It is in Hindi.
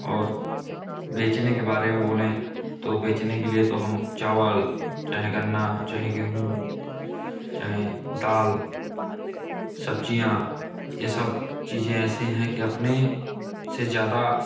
और बेचने के बारे में बोलें तो बेचने के लिए तो हम चावल चाहे गन्ना चाहे गेहूँ चाहे दाल सब्ज़ियाँ यह सब चीज़ें ऐसी हैं कि अपने से ज़्यादा